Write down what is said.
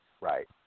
Right